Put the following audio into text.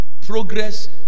progress